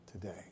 today